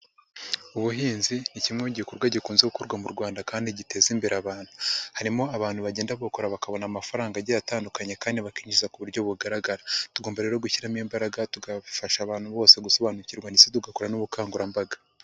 Ubuhinzi ni kimwe mu gikorwa gikunze gukorwa mu Rwanda kandi giteza imbere abantu, harimo abantu bagenda babukora bakabona amafaranga agiye atandukanye kandi bakinjiza ku buryo bugaragara tugomba rero gushyiramo imbaraga tugafasha abantu bose gusobanukirwa ndetse tugakorarana n'ubukangurambaga.